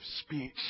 speech